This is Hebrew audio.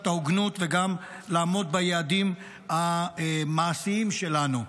ההוגנות וגם לעמוד ביעדים המעשיים שלנו.